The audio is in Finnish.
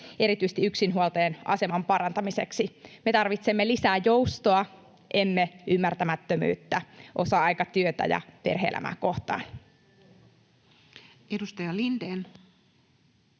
erityisesti yksinhuoltajien aseman parantamiseksi. Me tarvitsemme lisää joustoa, emme ymmärtämättömyyttä osa-aikatyötä ja perhe-elämää kohtaan. [Speech